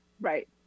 Right